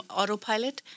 autopilot